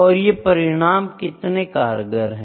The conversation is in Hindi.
और ये परिणाम कितने कारगर है